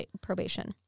probation